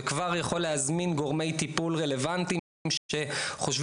וכבר יכול להזמין גורמי טיפול רלוונטיים שחושבים